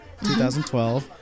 2012